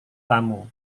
tamu